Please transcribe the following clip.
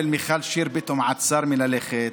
של מיכל שיר פתאום עצר מלכת,